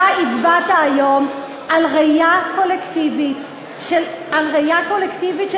אתה הצבעת היום על ראייה קולקטיבית של אזרחים,